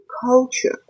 culture